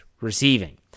receiving